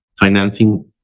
financing